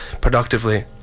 productively